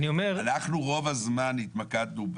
אנחנו רוב הזמן התמקדנו,